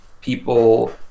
people